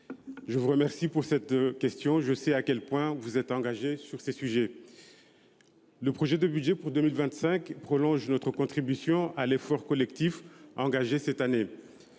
je vous remercie de vos questions. Je sais à quel point vous êtes engagé sur ces sujets. Le projet de loi de finances pour 2025 prolonge notre contribution à l’effort collectif engagé cette année.